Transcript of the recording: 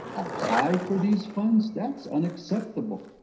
apply for these funds? that's unacceptable!